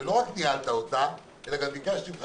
ולא רק ניהלת אותה אלא ביקשתי ממך